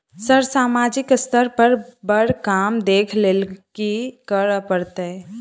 Sir सामाजिक स्तर पर बर काम देख लैलकी करऽ परतै?